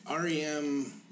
rem